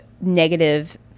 negative